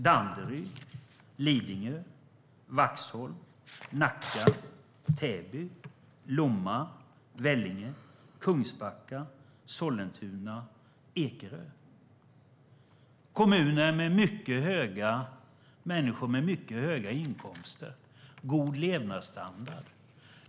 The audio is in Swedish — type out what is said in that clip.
Det är Danderyd, Lidingö, Vaxholm, Nacka, Täby, Lomma, Vellinge, Kungsbacka, Sollentuna, Ekerö - kommuner med människor med mycket höga inkomster och god levnadsstandard.